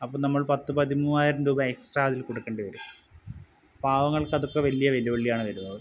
അപ്പം നമ്മൾ പത്ത് പതിമൂവായിരം രൂപ എക്സ്ട്രാ അതിൽ കൊടുക്കേണ്ടി വരും പാവങ്ങൾക്ക് അതൊക്കെ വലിയ വെല്ലുവിളിയാണ് വരുന്നത്